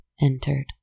entered